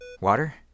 Water